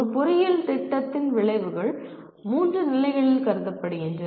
ஒரு பொறியியல் திட்டத்தின் விளைவுகள் மூன்று நிலைகளில் கருதப்படுகின்றன